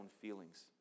feelings